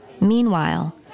Meanwhile